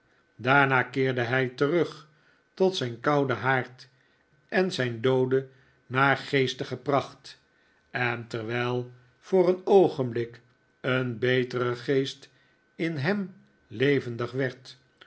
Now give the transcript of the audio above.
daarna keerde hij terug tot zijn kouden haard en zijn doode naargeestige pracht en terwijl voor een oogenblik een betere geest in hem levendig werd